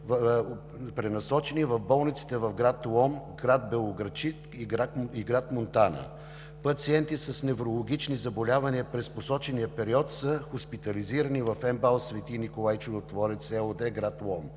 пренасочени в болниците в град Лом, град Белоградчик и град Монтана. Пациенти с неврологични заболявания през посочения период са хоспитализирани в МБАЛ „Свети Николай Чудотворец“ ЕООД, град Лом.